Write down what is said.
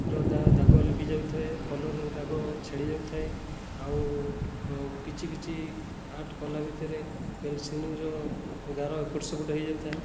ର ଦାଗ ଲିଭି ଯାଉଥାଏ କଲର୍ର ଦାଗ ଛାଡ଼ି ଯାଉଥାଏ ଆଉ କିଛି କିଛି ଆର୍ଟ କଲା ଭିତରେ ପେନସିଲର ଗାର ଏପଟ ସେପଟ ହୋଇ ଯାଉଥାଏ